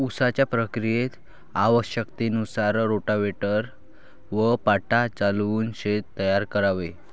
उसाच्या प्रक्रियेत आवश्यकतेनुसार रोटाव्हेटर व पाटा चालवून शेत तयार करावे